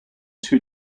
two